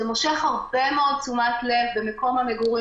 זה מושך הרבה מאוד תשומת לב במקום המגורים